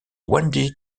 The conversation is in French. wendy